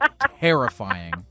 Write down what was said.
Terrifying